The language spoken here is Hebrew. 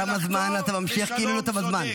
תם הזמן ואתה ממשיך כאילו לא תם הזמן.